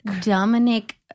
Dominic